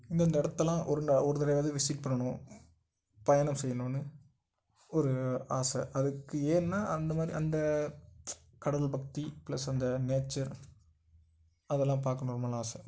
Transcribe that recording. இந்தந்த இடத்தெல்லாம் ஒரு நாள் ஒரு தடவையாது விசிட் பண்ணனும் பயணம் செய்யணுன்னு ஒரு ஆசை அதுக்கு ஏன்னா அந்த மாதிரி அந்த கடவுள் பக்தி பிளஸ் அந்த நேச்சர் அதெல்லாம் பார்க்கணுன்னு ரொம்ப நாள் ஆசை